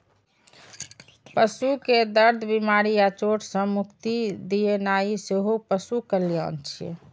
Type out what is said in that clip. पशु कें दर्द, बीमारी या चोट सं मुक्ति दियेनाइ सेहो पशु कल्याण छियै